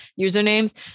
usernames